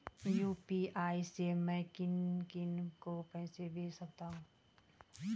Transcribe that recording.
UPI से मैं किन किन को पैसे भेज सकता हूँ?